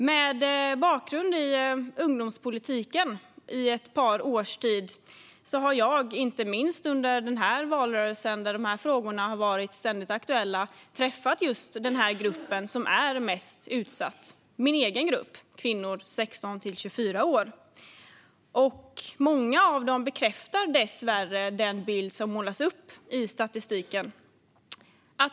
Med en bakgrund i ungdomspolitiken i ett par års tid har jag inte minst under den senaste valrörelsen där dessa frågor varit ständigt aktuella träffat just den grupp som är mest utsatt. Det är min egen grupp, kvinnor i åldern 16-24 år. Många av dem bekräftar dessvärre den bild som målas upp i statistiken.